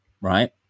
right